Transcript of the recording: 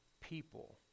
people